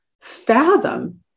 fathom